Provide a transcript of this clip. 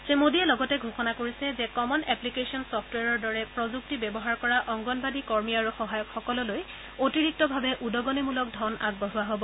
শ্ৰী মোডীয়ে লগতে ঘোষণা কৰিছে যে কমন এপ্লিকেশ্যন চফ্টৱেৰৰ দৰে প্ৰযুক্তি ব্যৱহাৰ কৰা অংগনৱাড়ী কৰ্মী আৰু সহায়কসকললৈ অতিৰিক্ত ভাৱে উদগণিমূলক ধন আগবঢ়োৱা হ'ব